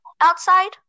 outside